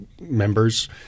members